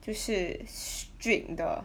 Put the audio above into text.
就是 strict 的